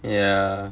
ya